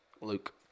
Luke